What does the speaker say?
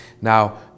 Now